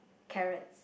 carrots